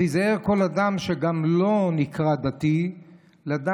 אז ייזהר גם כל אדם שלא נקרא דתי לדעת